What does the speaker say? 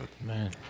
man